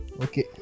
Okay